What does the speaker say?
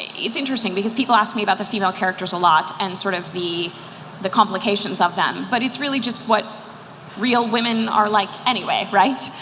it's interesting, because people ask me about the female characters a lot, and sort of the the complications of them. but it's really just what real women are like anyway right?